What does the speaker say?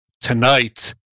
tonight